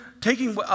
taking